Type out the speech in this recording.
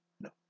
No